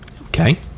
Okay